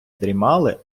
дрімали